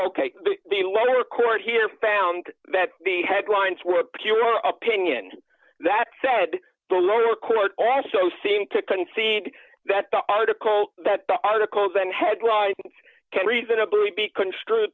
ok the lower court here found that the headlines were pure upping in that said the lower court also seemed to concede that the article that the articles and headlines can reasonably be construed